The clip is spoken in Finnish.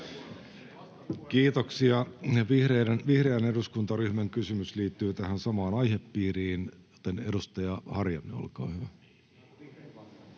onkin!] Vihreän eduskuntaryhmän kysymys liittyy tähän samaan aihepiiriin. — Edustaja Harjanne, olkaa hyvä.